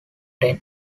ten